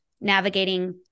navigating